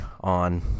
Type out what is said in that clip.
on